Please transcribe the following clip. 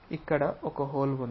ఇక్కడ ఒక హోల్ ఉంది